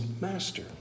master